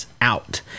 out